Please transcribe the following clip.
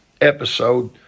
episode